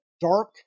dark